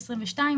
משנת 2022,